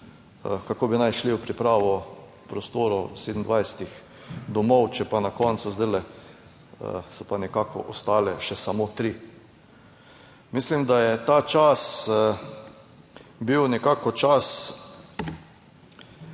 kako bi naj šli v pripravo prostorov 27 domov, če pa na koncu zdajle so pa nekako ostale še samo tri? Mislim, da je ta čas bil nekako čas,